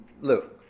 look